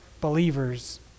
believers